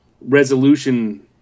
resolution